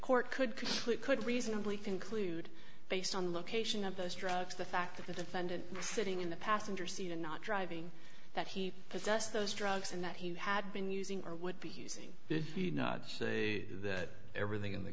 court could conclude could reasonably conclude based on location of those drugs the fact that the defendant sitting in the passenger seat and not driving that he possessed those drugs and that he had been using or would be using did he not say that everything in the